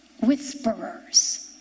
whisperers